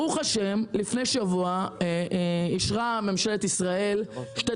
ברוך ה', לפני שבוע אישרה ממשלת ישראל בעצם 3